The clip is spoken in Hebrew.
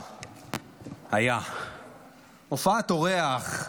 הופעת אורח,